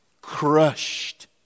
crushed